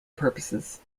purposes